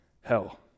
hell